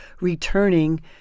returning